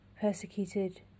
persecuted